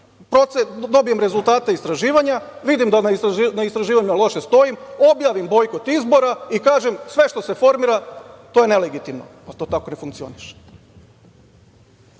znači? Dobijem rezultate istraživanja, vidim na istraživanjima loše stojim, objavim bojkot izbora i kažem sve što se formira to je nelegitimno. To tako ne funkcioniše. Veoma